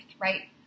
right